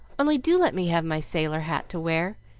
only do let me have my sailor-hat to wear,